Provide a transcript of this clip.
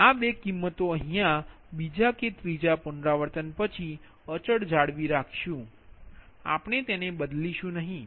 તેથી આ 2 કિંમતો અહીયા બીજા કે ત્રીજા પુનરાવર્તન પછી અચલ જાળવી રાખશુ આપણે તેને બદલીશું નહીં